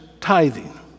tithing